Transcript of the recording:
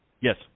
Yes